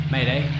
Mayday